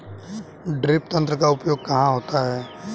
Drip तंत्र का उपयोग कहाँ होता है?